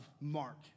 Mark